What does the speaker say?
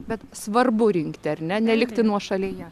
bet svarbu rinkti ar ne nelikti nuošalyje